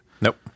Nope